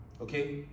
Okay